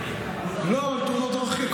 לא, על תאונות דרכים.